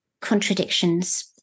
contradictions